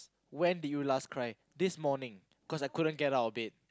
when did you last cry this morning cause I couldn't get out of bed